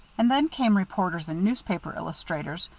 and then came reporters and newspaper illustrators,